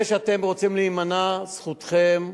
זה שאתם רוצים להימנע, זכותכם.